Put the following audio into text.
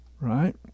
right